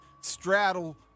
straddle